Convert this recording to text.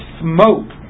smoke